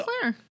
Claire